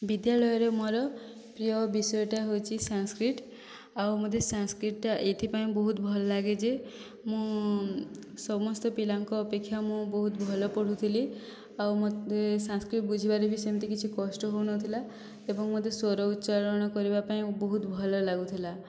ବିଦ୍ୟାଳୟରେ ମୋର ପ୍ରିୟ ବିଷୟଟା ହେଉଛି ସାଂସ୍କ୍ରିତ ଆଉ ମୋତେ ସାଂସ୍କ୍ରିତଟା ଏଇଥିପାଇଁ ବହୁତ ଭଲ ଲାଗେ ଯେ ମୁଁ ସମସ୍ତ ପିଲାଙ୍କ ଅପେକ୍ଷା ମୁଁ ବହୁତ ଭଲ ପଢ଼ୁଥିଲି ଆଉ ମୋତେ ସାଂସ୍କ୍ରିତ ବୁଝିବାରେ ବି ସେମିତି କିଛି କଷ୍ଟ ହେଉନଥିଲା ଏବଂ ମୋତେ ସ୍ୱର ଉଚ୍ଚାରଣ କରିବା ପାଇଁ ବହୁତ ଭଲ ଲାଗୁଥିଲା